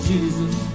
Jesus